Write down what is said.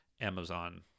Amazon